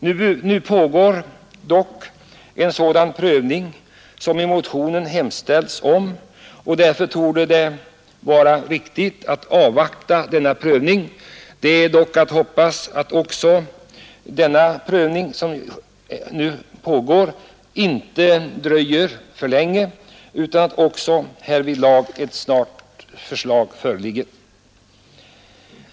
Nu pågår det dock en sådan prövning som det hemställs om i motionen och därför torde det vara riktigt att avvakta resultatet av denna prövning. Det är dock att hoppas att denna prövning inte pågår för länge så att förslag snarast föreligger.